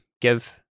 give